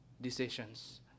decisions